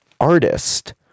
artist